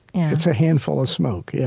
it's a handful of smoke. yeah,